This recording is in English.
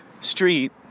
street